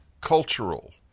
cultural